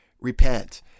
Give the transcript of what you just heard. repent